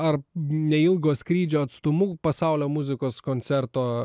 ar neilgo skrydžio atstumu pasaulio muzikos koncerto